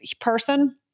person